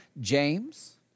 James